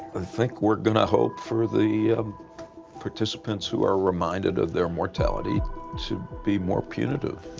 ah think we're gonna hope for the participants who ah reminded of their mortality to be more punitive,